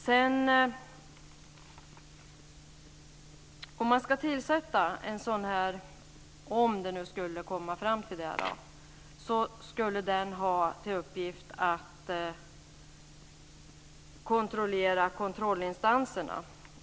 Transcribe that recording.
Om utredningen skulle komma fram till att man ska tillsätta en sådan tillsynsmyndighet, så skulle den ha till uppgift att kontrollera kontrollinstanserna.